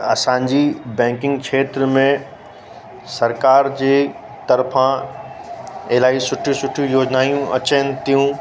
असांजी बैंकिंग क्षेत्र में सरकार जी तर्फ़ां इलाही सुठी सुठी योजनाऊं अचनि थियूं